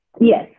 Yes